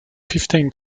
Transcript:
fifteen